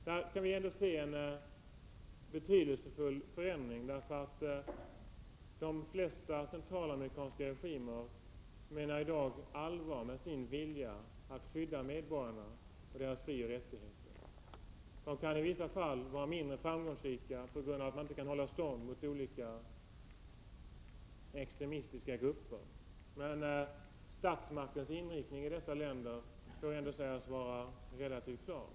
Där kan vi ändå se en betydelsefull förändring, därför att de flesta centralamerikanska regimer i dag menar allvar när de ger uttryck för sin vilja att skydda medborgarna och deras frioch rättigheter. De kan i en del fall vara mindre framgångsrika på grund av att de inte kan hålla stånd mot olika extremistiska grupper, men statsmaktens inriktning i dessa länder får ändå sägas vara relativt klar.